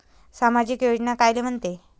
सामाजिक योजना कायले म्हंते?